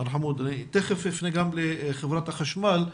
תיכף אפנה גם לחברת החשמל,